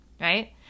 right